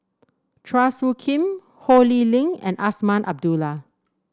Chua Soo Khim Ho Lee Ling and Azman Abdullah